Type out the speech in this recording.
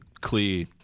clear